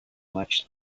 much